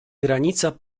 granica